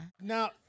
Now